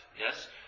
Yes